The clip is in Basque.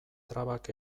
trabak